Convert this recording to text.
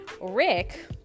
Rick